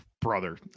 brother